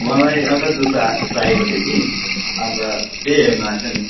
मलाई एउटा जुत्ता चाहिएको थियो कि अन्त त्यही हेर्नु आएको नि